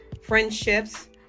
friendships